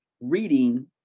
reading